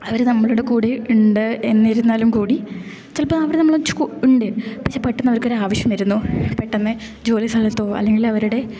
അവര് നമ്മളുടെ കൂടെ ഉണ്ട് എന്നിരുന്നാലും കൂടി ചിലപ്പം അവര് നമ്മളെ കൂടെ ഉണ്ട് പക്ഷേ പെട്ടെന്നവർക്ക് ഒരാവശ്യം വരുന്നു പെട്ടന്ന് ജോലി സ്ഥലത്ത് പോകും അല്ലങ്കിലവരുടെ